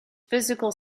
physical